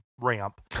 ramp